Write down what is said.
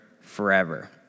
forever